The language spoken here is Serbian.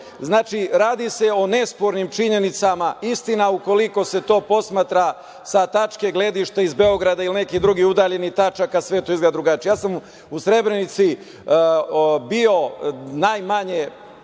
moguće. Znači, radi se o nespornim činjenicama, istina, ukoliko se to posmatra sa tačke gledišta iz Beograda ili nekih drugih udaljenih tačaka, sve to izgleda drugačije. U Srebrenici ja sam bio najmanje